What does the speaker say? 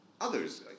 others